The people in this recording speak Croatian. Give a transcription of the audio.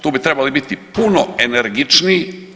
Tu bi trebali biti puno energičniji.